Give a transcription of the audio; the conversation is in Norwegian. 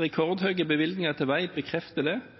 rekordhøye bevilgninger til vei bekrefter det.